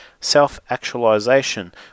self-actualization